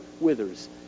withers